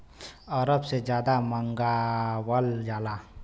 अरब से जादा मंगावल जाला